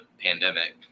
pandemic